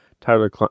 Tyler